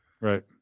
Right